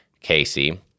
Casey